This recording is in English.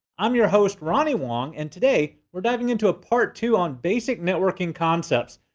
i'm your host, ronnie wong, and today we're diving into a part two on basic networking concepts.